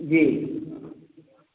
जी